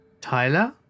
Tyler